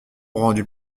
rendues